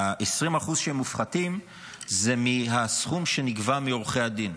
ה-20% שמופחתים הם מהסכום שנגבה מעורכי הדין.